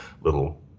little